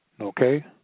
Okay